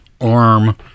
arm